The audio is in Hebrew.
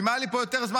ואם היה לי פה יותר זמן,